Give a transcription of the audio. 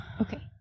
okay